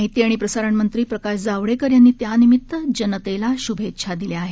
माहिती आणि प्रसारणमंत्री प्रकाश जावडेकर यांनी त्यानिमित्त जनतेला शुभेच्छा दिल्या आहेत